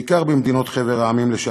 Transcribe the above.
בעיקר בחבר המדינות.